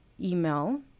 email